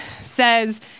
says